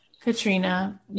Katrina